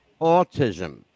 autism